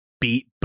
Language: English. beat